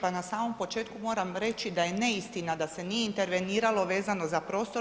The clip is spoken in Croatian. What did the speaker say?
Pa na samom početku moram reći da je neistina da se nije interveniralo vezano za prostor.